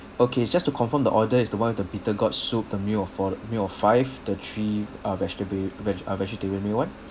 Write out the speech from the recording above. okay just to confirm the order is the [one] with the bitter gourd soup the meal of for the meal of five the three uh vegetable veg~ uh vegetarian meal [one]